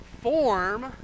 form